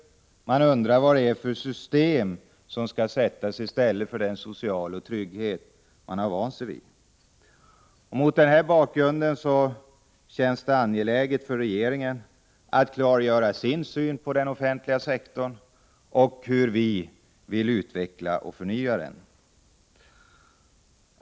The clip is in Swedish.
Man undrar vad det är för system som skall sättas i stället för den sociala trygghet som man har vant sig vid. Mot den bakgrunden känns det angeläget för regeringen att klargöra sin syn på den offentliga sektorn och hur vi vill utveckla och förnya den.